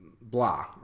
blah